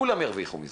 כולם ירוויחו מזה,